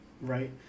Right